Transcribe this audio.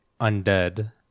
undead